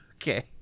Okay